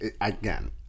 Again